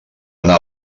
anar